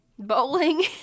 bowling